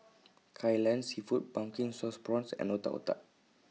Kai Lan Seafood Pumpkin Sauce Prawns and Otak Otak